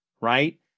right